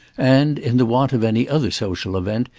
and, in the want of any other social event,